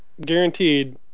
guaranteed